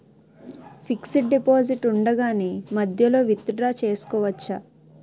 Fixed deposit ఉండగానే మధ్యలో withdraw చేసుకోవచ్చా?